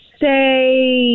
say